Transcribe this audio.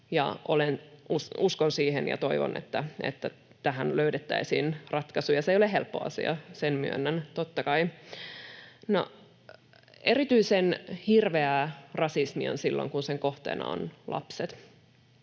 Uskon siihen ja toivon, että tähän löydettäisiin ratkaisu, ja se ei ole helppo asia, sen myönnän totta kai. No, erityisen hirveää rasismi on silloin, kun sen kohteena ovat lapset,